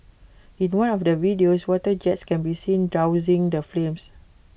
in one of the videos water jets can be seen dousing the flames